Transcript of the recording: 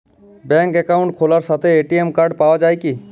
ব্যাঙ্কে অ্যাকাউন্ট খোলার সাথেই এ.টি.এম কার্ড পাওয়া যায় কি?